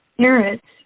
parents